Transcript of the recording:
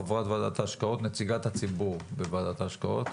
חברת ועדת ההשקעות נציגת הציבור בוועדת ההשקעות.